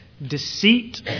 Deceit